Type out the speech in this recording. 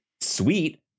sweet